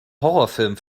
horrorfilm